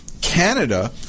Canada